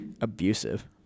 abusive